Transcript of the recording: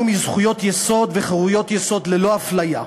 מזכויות יסוד וחירויות יסוד ללא אפליה,